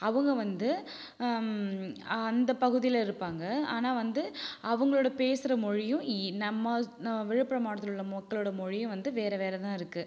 அவங்க வந்து அந்தப் பகுதியில் இருப்பாங்க ஆனால் வந்து அவங்களோட பேசுகிற மொழியும் இ நம்ம விழுப்புரம் மாவட்டத்தில் உள்ள மக்களோட மொழியும் வந்து வேறு வேறு தான் இருக்கு